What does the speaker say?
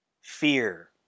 fear